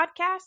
podcast